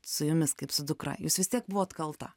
su jumis kaip su dukra jūs vis tiek buvot kalta